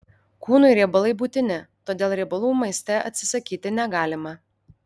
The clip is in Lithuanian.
kūnui riebalai būtini todėl riebalų maiste atsisakyti negalima